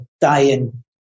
dying